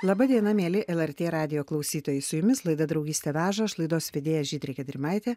laba diena mieli lrt radijo klausytojai su jumis laida draugystė veža aš laidos vedėja žydrė gedrimaitė